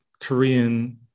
Korean